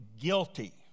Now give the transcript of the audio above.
guilty